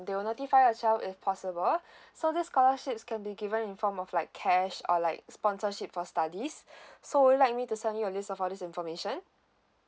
they will notify your child if possible so these scholarships can be given in form of like cash or like sponsorship for studies so would you like me to send you a list of all this information